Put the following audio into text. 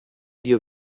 dio